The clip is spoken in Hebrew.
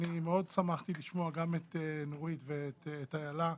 אני מאוד שמחתי לשמוע גם את נורית ואת איילה,